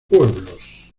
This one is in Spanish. pueblos